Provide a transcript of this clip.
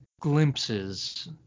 glimpses